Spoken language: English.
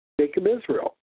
Jacob-Israel